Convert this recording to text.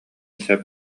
сөп